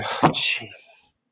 Jesus